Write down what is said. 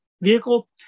vehicle